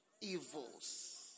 evils